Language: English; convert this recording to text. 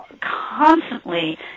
constantly